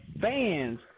fans